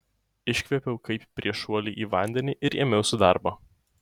iškvėpiau kaip prieš šuolį į vandenį ir ėmiausi darbo